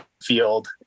field